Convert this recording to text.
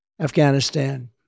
Afghanistan